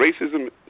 racism